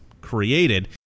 created